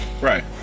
Right